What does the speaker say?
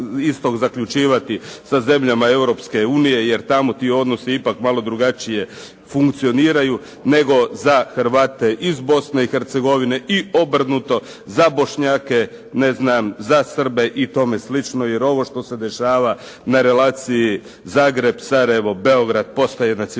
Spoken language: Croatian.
iz tog zaključivati sa zemljama Europske unije jer tamo ti odnosi ipak malo drugačije funkcioniraju nego za Hrvatske iz Bosne i Hercegovine i obrnuto za bošnjake, ne znam za Srbe i tome slično, jer ovo što se dešava na relaciji Zagreb-Sarajevo-Beograd postaje jedna